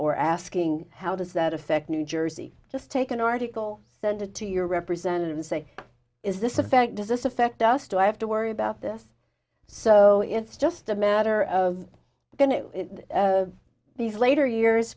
or asking how does that affect new jersey just take an article send it to your representatives say is this a fact does this affect us to have to worry about this so it's just a matter of going to these later years